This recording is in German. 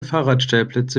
fahrradstellplätze